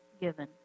given